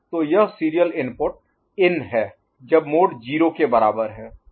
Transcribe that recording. तो यह serial input in है जब मोड 0 के बराबर है